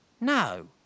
No